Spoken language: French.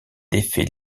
défait